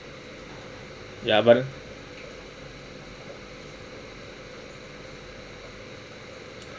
ya but then